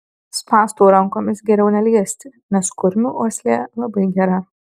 spąstų rankomis geriau neliesti nes kurmių uoslė labai gera